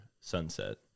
sunset